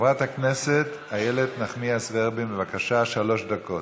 חברת הכנסת איילת נחמיאס ורבין, בבקשה, שלוש דקות.